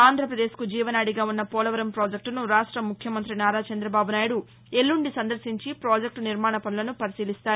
ఆంధ్రపదేశ్కు జీవనాడిగా ఉన్న పోలవరం పాజెక్లును రాష్ట ముఖ్యమంతి నారా చందబాబు ను నాయుడు ఎల్లుండి సందర్శించి పాజెక్టు నిర్మాణ పనులను పరిశీలిస్తారు